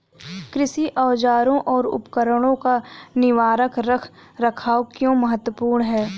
कृषि औजारों और उपकरणों का निवारक रख रखाव क्यों महत्वपूर्ण है?